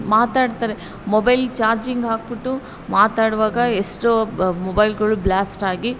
ಮಾತಾಡ್ತರೆ mobile charging ಹಾಕ್ಬಿಟ್ಟು ಮಾತಾಡುವಾಗ ಎಷ್ಟೋ ಬ ಮೊಬೈಲ್ಗಳು ಬ್ಲ್ಯಾಸ್ಟ್ ಆಗಿ